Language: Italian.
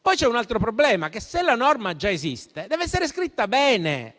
Poi c'è un altro problema: se la norma già esiste, deve essere scritta bene,